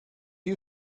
you